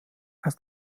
aus